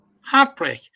heartbreak